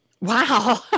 Wow